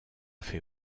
fait